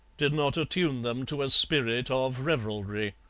did not attune them to a spirit of revelry.